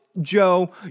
Joe